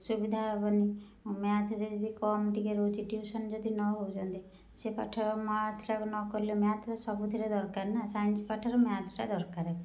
ସୁବିଧା ହେବନି ମ୍ୟାଥ୍ ଯଦି କମ୍ ଟିକେ ରହୁଛି ଟ୍ୟୁସନ୍ ଯଦି ନ ହେଉଛନ୍ତି ସେ ପାଠ ମ୍ୟାଥ୍ଟାକୁ ନ କଲେ ମ୍ୟାଥ୍ ସବୁଥିରେ ଦରକାର ନା ସାଇନ୍ସ୍ ପାଠରେ ମ୍ୟାଥ୍ଟା ଦରକାର